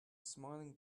smiling